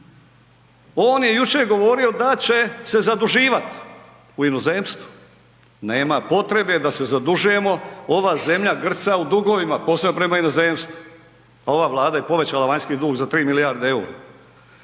on je jučer govorio da će se zaduživat u inozemstvu. Nema potrebe da se zadužujemo, ova zemlja grca u dugovima posebno prema inozemstvu, ova Vlada je povećala vanjski dug za 3 milijarde eura.